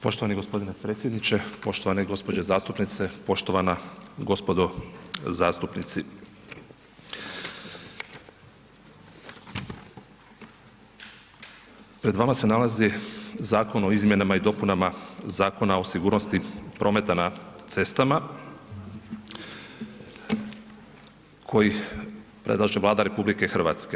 Poštovani gospodine predsjedniče, poštovane gospođe zastupnice, poštovana gospodo zastupnici, pred vama se nalazi Zakon o izmjenama i dopuna Zakona o sigurnosti prometa na cestama koji predlaže Vlada RH.